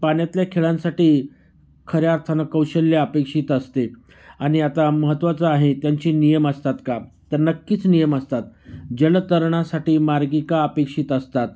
पाण्यातल्या खेळांसाठी खऱ्या अर्थानं कौशल्य अपेक्षित असते आणि आता महत्त्वाचं आहे त्यांचे नियम असतात का तर नक्कीच नियम असतात जलतरणासाठी मार्गिका अपेक्षित असतात